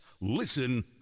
Listen